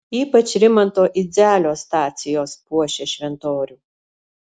ypač rimanto idzelio stacijos puošia šventorių